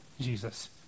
Jesus